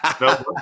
no